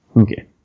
okay